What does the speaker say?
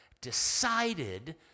decided